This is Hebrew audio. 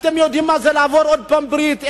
אתם יודעים מה זה לעבור עוד פעם ברית?